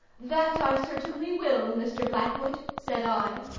that i certainly will, mr. blackwood, said i.